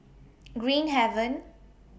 Green Haven